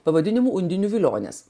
pavadinimu undinių vilionės